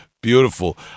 Beautiful